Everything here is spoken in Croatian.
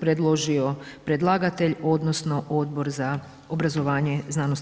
predložio predlagatelj odnosno Odbor za obrazovanje, znanost i kulturu Hrvatskoga sabora.